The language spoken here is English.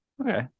Okay